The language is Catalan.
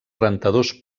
rentadors